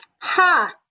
ha